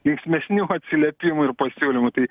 linksmesnių atsiliepimų ir pasiūlymų tai